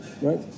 right